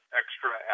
extra